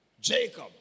Jacob